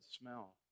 smell